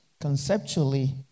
conceptually